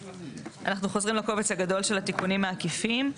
אנחנו חוזרים לקובץ הגדול של התיקונים העקיפים,